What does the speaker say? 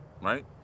right